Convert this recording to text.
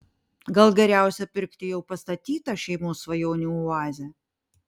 gal geriausia pirkti jau pastatytą šeimos svajonių oazę